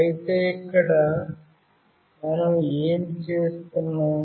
అయితే ఇక్కడ మనం ఏమి చేస్తున్నాం